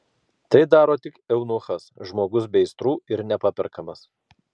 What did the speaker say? tai daro tik eunuchas žmogus be aistrų ir nepaperkamas